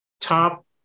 top